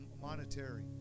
monetary